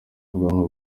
ubwoko